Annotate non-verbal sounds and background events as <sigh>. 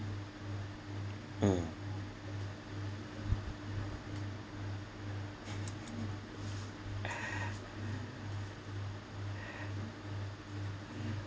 mm <breath>